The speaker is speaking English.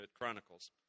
Chronicles